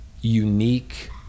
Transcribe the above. unique